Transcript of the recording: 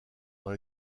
dans